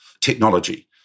technology